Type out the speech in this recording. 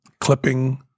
clipping